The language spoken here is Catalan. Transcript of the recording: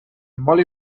molt